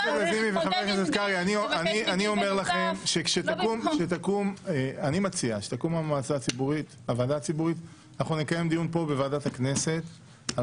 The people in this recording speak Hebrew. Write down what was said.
אני מציע שכאשר תקום הוועדה הציבורית נקיים פה דיון בוועדת הכנסת על